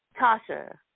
Tasha